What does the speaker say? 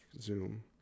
zoom